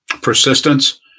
persistence